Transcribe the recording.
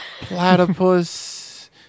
platypus